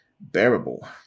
bearable